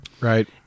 Right